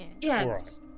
Yes